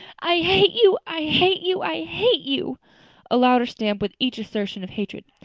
i hate you i hate you i hate you a louder stamp with each assertion of hatred.